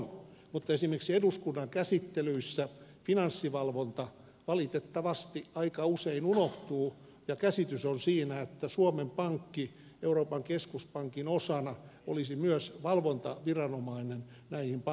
mutta esimerkiksi eduskunnan käsittelyissä finanssivalvonta valitettavasti aika usein unohtuu ja käsitys on siinä että suomen pankki euroopan keskuspankin osana olisi myös valvontaviranomainen näihin pankkeihin nähden